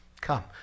come